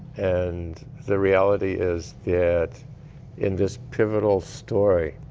and the reality is that in this pivotal story,